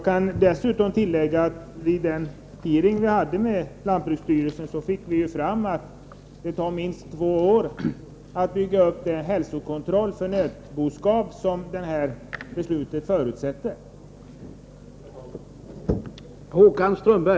Dessutom kan jag tillägga att det vid den hearing som vi hade med lantbruksstyrelsen framgick att det tar minst två år att bygga upp en sådan hälsokontroll för nötboskap som beslutet förutsätter.